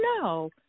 no